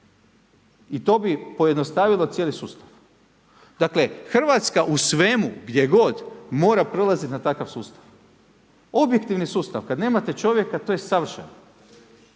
I to bi pojednostavilo cijeli sustav. Dakle Hrvatska u svemu, gdje god, mora prelazit na takav sustav, objektivni sustav, kad nemate čovjeka to je savršeno.